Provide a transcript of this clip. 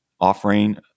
Offering